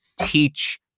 teach